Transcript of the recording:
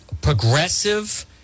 progressive